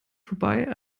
vorbei